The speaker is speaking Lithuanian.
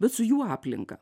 bet su jų aplinka